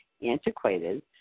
antiquated